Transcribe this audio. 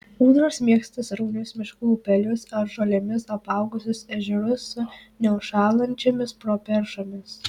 ūdros mėgsta sraunius miškų upelius ar žolėmis apaugusius ežerus su neužšąlančiomis properšomis